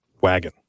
Wagon